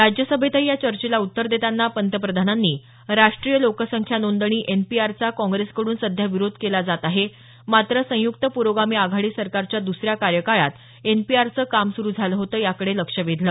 राज्यसभेतही या चर्चेला उत्तर देताना पंतप्रधानांनी राष्ट्रीय लोकसंख्या नोंदणी एनपीआरचा काँग्रेसकडून सध्या विरोध केला जात आहे मात्र संयुक्त पुरोगामी आघाडी सरकारच्या दुसऱ्या कार्यकाळात एनपीआरचं काम सुरू झालं होतं याकडे लक्ष वेधलं